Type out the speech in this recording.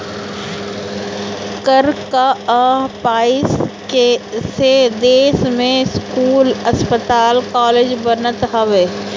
कर कअ पईसा से देस में स्कूल, अस्पताल कालेज बनत हवे